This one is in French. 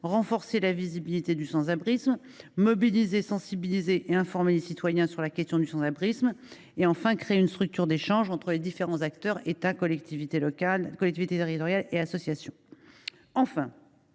renforcer la visibilité du sans abrisme, de mobiliser, sensibiliser et informer les citoyens sur la question du sans abrisme, et de créer une structure d’échanges entre les différents acteurs que sont l’État, les collectivités territoriales et les associations. Enfin,